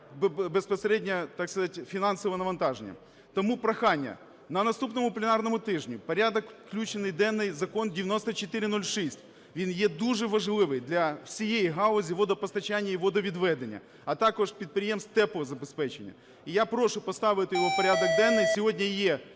безпосередньо, так сказати, фінансове навантаження. Тому прохання: на наступний пленарний тиждень в порядок включений денний Закон 9406, він є дуже важливий для всієї галузі водопостачання і водовідведення, а також підприємств теплозабезпечення, і я прошу поставити його в порядок денний, сьогодні є